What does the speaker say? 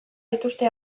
dituzte